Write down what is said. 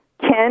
Kent